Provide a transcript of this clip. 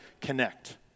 connect